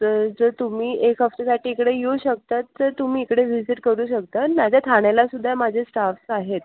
तर जर तुम्ही एक हफ्त्यासाठी इकडे येऊ शकतात तर तुम्ही इकडे व्हिजिट करू शकता नाही तर ठाण्याला सुद्धा माझे स्टाफ्स आहेत